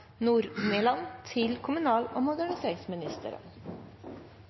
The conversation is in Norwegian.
Håheim til kommunal- og moderniseringsministeren,